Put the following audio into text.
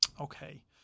okay